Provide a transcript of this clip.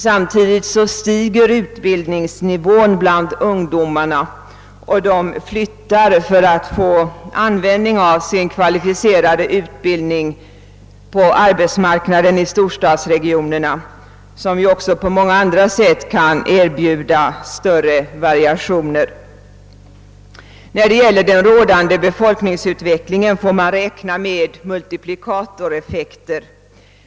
Samtidigt stiger utbildningsnivån bland ungdomarna och de flyttar för att få användning på arbetsmarknaden av sin kvalificerade utbildning till storstadsregionerna, som också på många andra sätt kan erbjuda större variationer. När det gäller den rådande befolkningsutvecklingen får man räkna med multiplikatoreffekter.